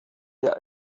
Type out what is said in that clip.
der